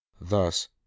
Thus